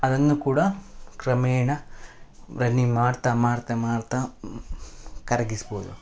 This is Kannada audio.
ಅದನ್ನು ಕೂಡ ಕ್ರಮೇಣ ರನ್ನಿಂಗ್ ಮಾಡ್ತಾ ಮಾಡ್ತಾ ಮಾಡ್ತಾ ಕರಗಿಸ್ಬೋದು